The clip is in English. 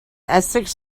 essex